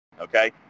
okay